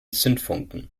zündfunken